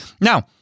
Now